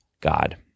God